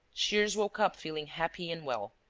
shears woke up feeling happy and well.